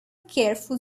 careful